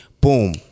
Boom